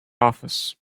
office